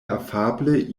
afable